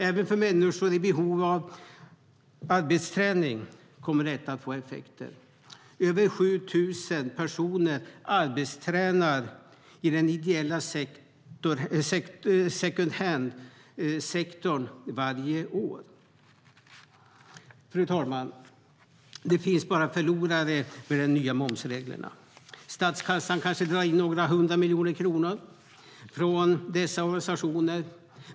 Även för människor i behov av arbetsträning kommer detta att få effekter. Över 7 000 personer arbetstränar i den ideella second hand-sektorn varje år. Fru talman! Det finns bara förlorare med de nya momsreglerna. Statskassan kanske drar in några hundra miljoner kronor från dessa organisationer.